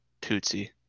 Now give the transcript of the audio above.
tootsie